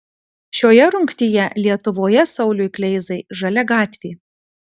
šioje rungtyje lietuvoje sauliui kleizai žalia gatvė